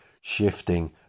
shifting